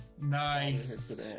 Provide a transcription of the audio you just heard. Nice